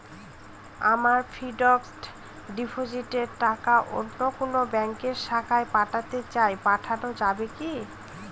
আমার ফিক্সট ডিপোজিটের টাকাটা অন্য কোন ব্যঙ্কের শাখায় পাঠাতে চাই পাঠানো যাবে কি?